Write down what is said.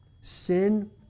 Sin